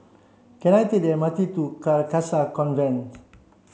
can I take the M R T to Carcasa Convent